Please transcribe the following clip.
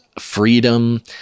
freedom –